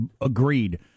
agreed